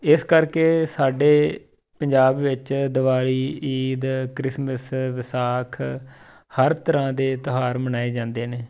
ਇਸ ਕਰਕੇ ਸਾਡੇ ਪੰਜਾਬ ਵਿੱਚ ਦਿਵਾਲੀ ਈਦ ਕ੍ਰਿਸਮਿਸ ਵਿਸਾਖ ਹਰ ਤਰ੍ਹਾਂ ਦੇ ਤਿਉਹਾਰ ਮਨਾਏ ਜਾਂਦੇ ਨੇ